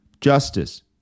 justice